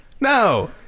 No